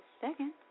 second